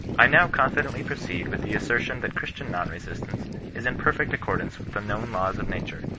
i now confidently proceed with the assertion that christian non-resistance is in perfect accordance with the known laws of nature,